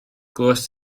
glywaist